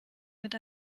mit